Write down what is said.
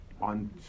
on